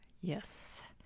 Yes